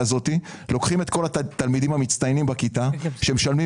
הזאת לוקחים את כל התלמידים המצטיינים בכיתה שמשלמים